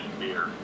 beer